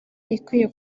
ikwiye